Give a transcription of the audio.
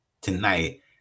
tonight